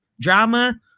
drama